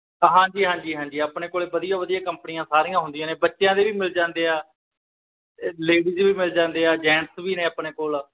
ਹਾਂਜੀ ਹਾਂਜੀ ਹਾਂਜੀ ਆਪਣੇ ਕੋਲ ਵਧੀਆ ਵਧੀਆ ਕੰਪਨੀਆਂ ਸਾਰੀਆਂ ਹੁੰਦੀਆਂ ਨੇ ਬੱਚਿਆਂ ਦੇ ਵੀ ਮਿਲ ਜਾਂਦੇ ਆ ਲੇਡੀਜ ਵੀ ਮਿਲ ਜਾਂਦੇ ਆ ਜੈਂਟਸ ਵੀ ਨੇ ਆਪਣੇ ਕੋਲ